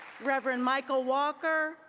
reverend michael walker,